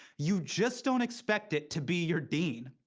you just don't expect it to be your dean.